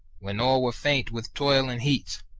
when all were faint with toil and heat,